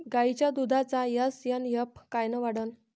गायीच्या दुधाचा एस.एन.एफ कायनं वाढन?